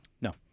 No